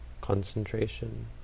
concentration